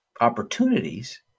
opportunities